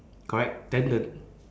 correct then the